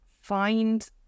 find